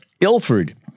Ilford